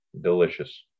Delicious